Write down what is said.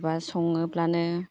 माबा सङोब्लानो